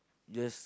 guess